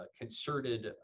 concerted